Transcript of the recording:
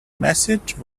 message